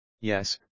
Yes